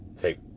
take